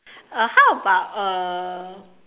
uh how about uh